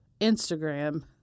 Instagram